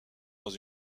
dans